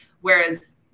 whereas